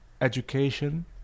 education